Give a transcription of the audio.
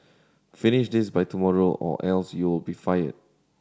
finish this by tomorrow or else you'll be fired